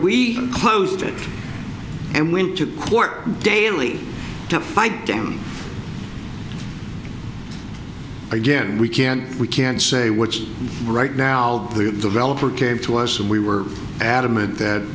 we closed it and went to court daily to fight them again we can't we can't say which right now the developer came to us and we were adamant that